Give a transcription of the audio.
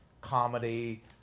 comedy